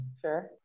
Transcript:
Sure